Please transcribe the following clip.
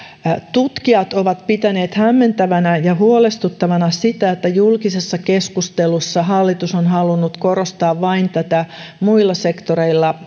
tutkijat ovat pitäneet hämmentävänä ja huolestuttavana sitä että julkisessa keskustelussa hallitus on halunnut korostaa vain muilla sektoreilla